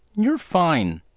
you're fine,